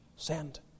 Send